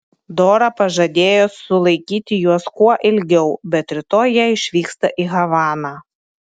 dora pažadėjo sulaikyti juos kuo ilgiau bet rytoj jie išvyksta į havaną